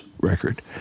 record